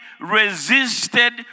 resisted